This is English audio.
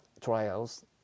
trials